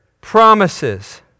promises